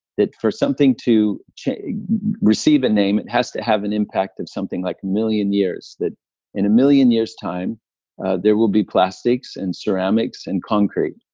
that for something to receive a name it has to have an impact of something like million years. that in a million year's time there will be plastics and ceramics and concrete.